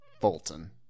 Fulton